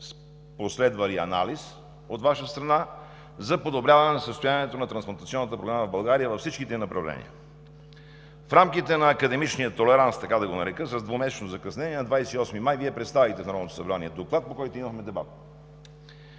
последва и анализ от Ваша страна, за подобряване състоянието на Трансплантационната програма в България във всичките ѝ направления. В рамките на академичния толеранс, така да го нарека, с двумесечно закъснение на 28 май Вие представихте в Народното събрание Доклад, по който имахме дебат.